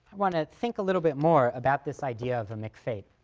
want to think a little bit more about this idea of a mcfate.